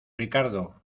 ricardo